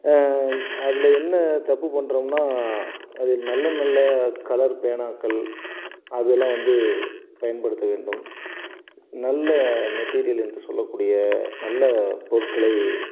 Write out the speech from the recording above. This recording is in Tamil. அதில் என்ன தப்பு பண்ணுறோம்னா அதில் நல்ல நல்ல கலர் பேனாக்கள் அதலாம் வந்து பயன்படுத்த வேண்டும் நல்ல மெட்டீரியல் என்று சொல்லக்கூடிய நல்ல பொருட்களை